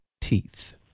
teeth